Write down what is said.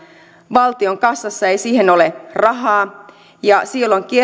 valtion kassassa ei siihen ole rahaa ja silloin